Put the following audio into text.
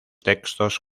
textos